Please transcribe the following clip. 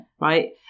right